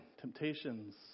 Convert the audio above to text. temptations